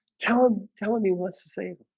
challenge telling me what's the same?